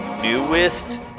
newest